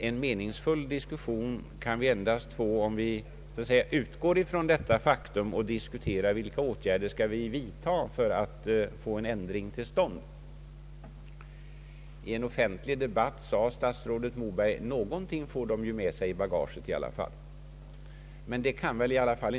En meningsfull diskussion kan vi endast uppnå om vi utgår från detta faktum och diskuterar vilka åtgärder vi skall vidta för att få en ändring till stånd. I en offentlig de batt har statsrådet Moberg sagt att ”något får de väl — studenterna alltså — med sig i bagaget i varje fall”.